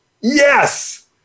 Yes